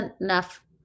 enough